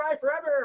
Forever